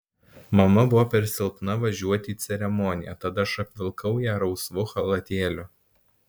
mama buvo per silpna važiuoti į ceremoniją tad aš apvilkau ją rausvu chalatėliu